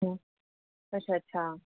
हम्मऽ अच्छा अच्छा